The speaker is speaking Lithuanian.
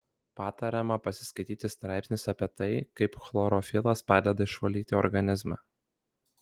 patariama pasiskaityti straipsnius apie tai kaip chlorofilas padeda išvalyti organizmą